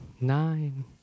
nine